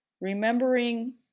remembering